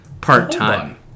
part-time